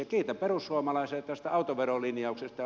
ja kiitän perussuomalaisia tästä autoverolinjauksesta